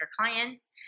clients